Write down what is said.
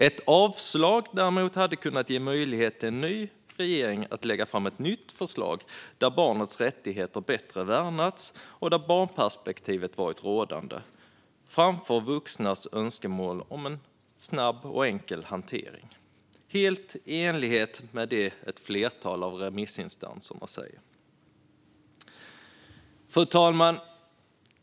Ett avslag hade däremot kunnat ge möjlighet för en ny regering att lägga fram ett nytt förslag där barnets rättigheter bättre värnats och där barnperspektivet varit rådande framför vuxnas önskemål om en snabb och enkel hantering. Det vore helt i enlighet med det som ett flertal av remissinstanserna säger. Fru talman!